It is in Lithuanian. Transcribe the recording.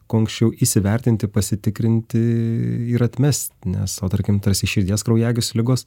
kuo anksčiau įsivertinti pasitikrinti ir atmest nes o tarkim tarsi širdies kraujagyslių ligos